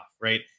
right